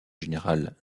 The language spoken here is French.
général